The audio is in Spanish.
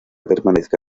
permanezca